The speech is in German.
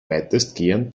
weitestgehend